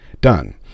done